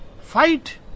Fight